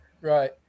Right